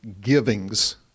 givings